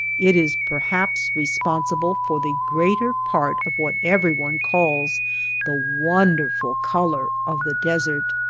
it is per haps responsible for the greater part of what everyone calls the wonderful color of the desert.